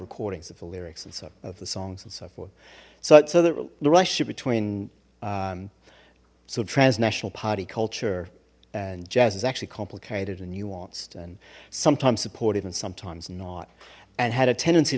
recordings of the lyrics and some of the songs and so forth so it's so the relationship between so transnational party culture and jazz is actually complicated and nuanced and sometimes supportive and sometimes not and had a tendency